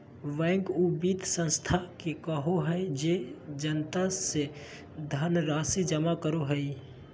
bank उ वित संस्था के कहो हइ जे जनता से धनराशि जमा करो हइ